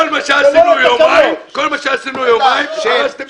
כל מה שעשינו יומיים, הרסתם בשנייה.